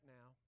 now